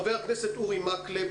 חבר הכנסת אורי מקלב